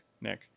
Nick